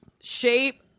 shape